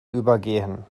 übergehen